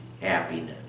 happiness